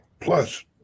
plus